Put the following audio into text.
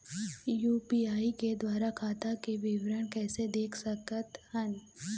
UPI के द्वारा खाता के विवरण कैसे देख सकत हन?